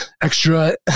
extra